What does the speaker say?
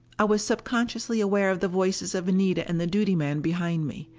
i was subconsciously aware of the voices of anita and the duty man behind me.